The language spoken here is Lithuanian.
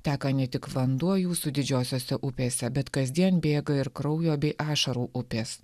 teka ne tik vanduo jūsų didžiosiose upėse bet kasdien bėga ir kraujo bei ašarų upės